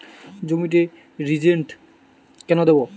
জমিতে রিজেন্ট কেন দেবো?